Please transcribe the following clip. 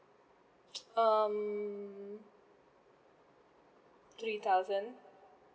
um three thousand